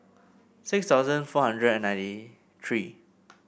six thousand four hundred ninety three